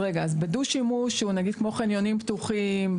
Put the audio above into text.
הדו-שימוש הוא נגיד כמו חניונים פתוחים,